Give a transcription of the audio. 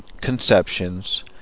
conceptions